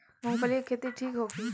मूँगफली के खेती ठीक होखे?